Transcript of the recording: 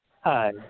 Hi